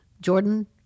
Jordan